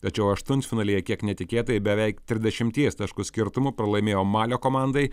tačiau aštuntfinalyje kiek netikėtai beveik trisdešimties taškų skirtumu pralaimėjo malio komandai